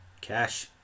Cash